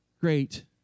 Great